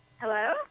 Hello